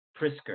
Prisker